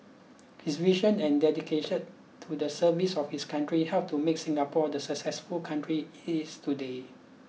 his vision and dedication to the service of his country helped to make Singapore the successful country it is today